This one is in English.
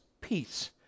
peace